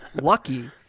lucky